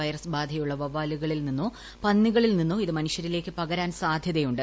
virus ബാധയുള്ള വവ്വാലുകളിൽ നിന്നോ പന്നികളിൽ നിന്നോ ഇത് മനുഷ്യരിലേക്ക് പകരാൻ സാധ്യതയുമുണ്ട്